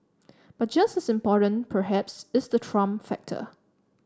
but just as important perhaps is the Trump factor